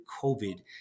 covid